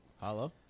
Hello